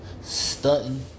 Stunting